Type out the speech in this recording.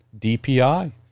DPI